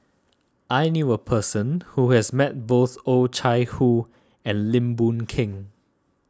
I knew a person who has met both Oh Chai Hoo and Lim Boon Keng